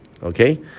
Okay